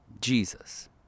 Jesus